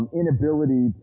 inability